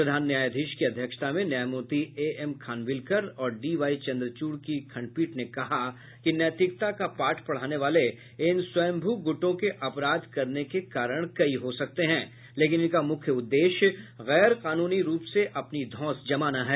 प्रधान नयायाधीश की अध्यक्षता में न्यायामूर्ति ए एम खानविलकर और डी वाई चन्द्रचूर्ण की खंडपीठ ने कहा कि नैतिकता का पाठ पढ़ाने वाले इन स्वंयभू गुटों के अपराध करने के कारण कई हो सकते है लेकिन इनका मुख्य उद्देश्य गैर कानूनी रूप से अपनी धौंस जमाना है